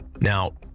Now